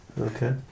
Okay